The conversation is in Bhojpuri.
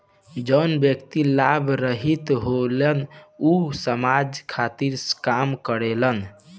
जवन व्यक्ति लाभ रहित होलन ऊ समाज खातिर काम करेलन